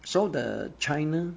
so the china